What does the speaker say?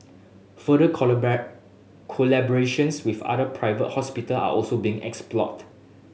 further collaborations with other private hospital are also being explored